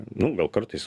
nu gal kartais